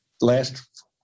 last